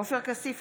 עופר כסיף,